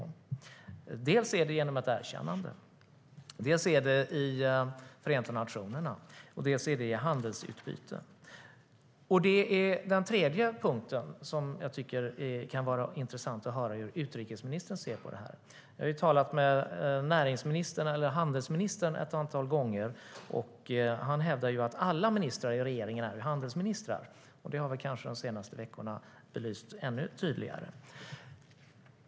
En är genom ett erkännande, en annan är genom Förenta nationerna och en tredje är genom handelsutbyte. Det är den tredje punkten jag tycker kunde vara intressant att höra utrikesministerns syn på. Jag har talat med handelsministern ett antal gånger, och han hävdar att alla ministrar i regeringen är handelsministrar. Det har kanske belysts ännu tydligare de senaste veckorna.